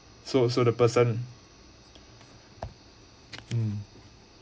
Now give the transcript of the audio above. so so the person mm